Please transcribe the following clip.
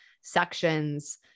sections